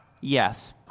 Yes